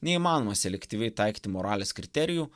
neįmanoma selektyviai taikyti moralės kriterijų